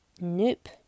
Nope